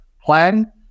plan